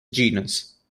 genus